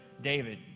David